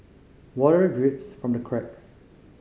water drips from the cracks